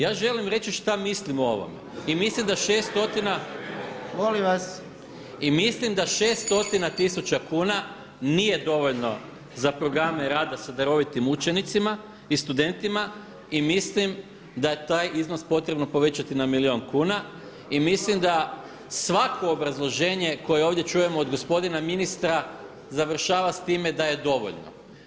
Ja želim reći šta mislim o ovome i mislim da 6 stotina … /Nered u dvorani, predsjedavajući zvoni./ … i mislim da 6 stotina tisuća kuna nije dovoljno za programe rada sa darovitim učenicima i studentima i mislim da je taj iznos potrebno povećati na milijun kuna, i mislim da svako obrazloženje koje ovdje čujemo od gospodina ministra, završava s time da je dovoljno.